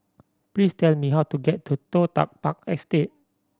please tell me how to get to Toh Tuck Park Estate